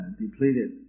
depleted